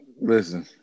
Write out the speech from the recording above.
Listen